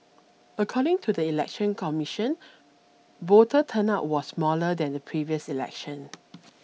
according to the Election Commission voter turnout was smaller than the previous election